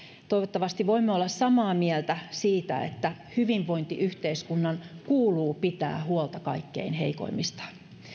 toivottavasti voimme olla samaa mieltä siitä että hyvinvointiyhteiskunnan kuuluu pitää huolta kaikkein heikoimmista